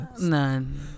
none